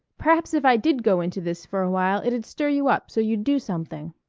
perhaps if i did go into this for a while it'd stir you up so you'd do something.